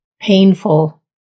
painful